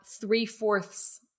three-fourths